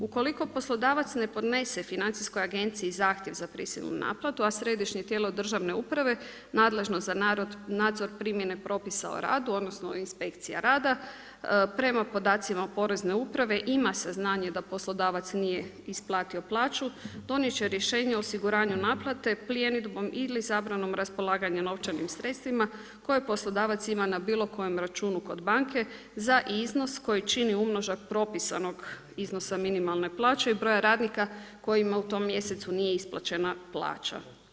Ukoliko poslodavac ne podnese Financijskoj agenciji zahtjev za prisilnu naplatu, a središnje tijelo državne uprave, nadležno za nadzor primjene propisa o radu, odnosno, inspekcija rada, prema podacima Porezne uprave, ima saznanja da poslodavac nije isplatio plaću, donijeti će rješenje osiguranju naplate, pljenidbom ili zabranom raspolaganjem novčanim sredstvima koje poslodavac ima na bilo kojem računu kod banke, za iznos koji čini umnožak propisanog iznosa minimalne plaće i broja radnika kojima u tom mjesecu nije isplaćena plaća.